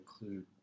include